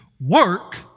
work